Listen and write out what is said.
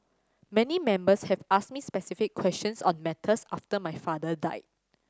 many Members have asked me specific questions on matters after my father died